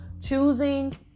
choosing